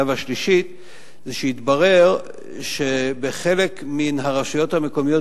והשלישית זה שהתברר שבחלק מן הרשויות המקומיות,